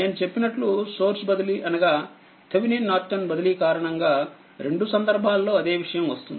నేనుచెప్పినట్లు source బదిలీ అనగా Thevenin Norton బదిలీ కారణంగా రెండు సందర్భాల్లో అదే విషయం వస్తుంది